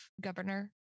governor